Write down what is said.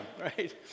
right